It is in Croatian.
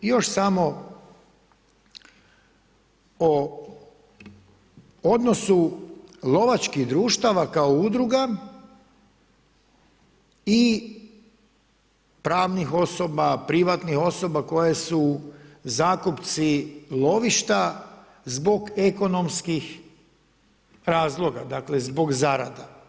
I još samo o odnosu lovačkih društava kao udruga i pravnih osoba, privatnih osoba koje su zakupci lovišta zbog ekonomskih razloga, dakle zbog zarada.